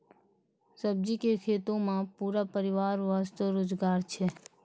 सब्जी के खेतों मॅ पूरा परिवार वास्तॅ रोजगार छै